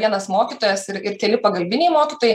vienas mokytojas ir ir keli pagalbiniai mokytojai